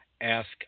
ask